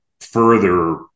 further